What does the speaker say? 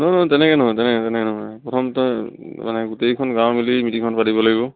নহয় নহয় তেনেকে নহয় তেনেকে তেনেকে নহয় প্ৰথমতই মানে গোটেইখন গাঁও মেলি মিটিঙখন পাতিব লাগিব